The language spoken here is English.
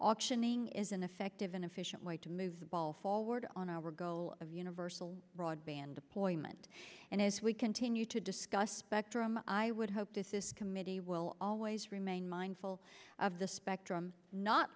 optioning is an effective and efficient way to move the ball forward on our goal of universal broadband deployment and as we continue to discuss spectrum i would hope this is committee will always remain mindful of the spectrum not